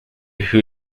who